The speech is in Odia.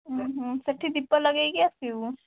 ସେଠି ଦୀପ ଲଗାଇକି ଆସିବୁ